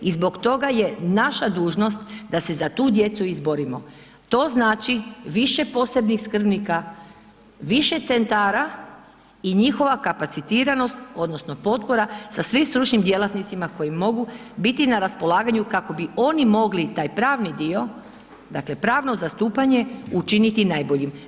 I zbog toga je naša dužnost da se za tu djecu izborimo, to znači više posebnih skrbnika, više centara i njihova kapacitiranost odnosno potpora sa svim stručnim djelatnicima koji mogu biti na raspolaganju kako bi oni mogli taj pravni dio, dakle pravno zastupanje učiniti najboljim.